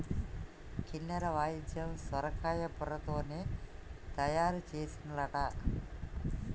కిన్నెర వాయిద్యం సొరకాయ బుర్రలతోనే తయారు చేసిన్లట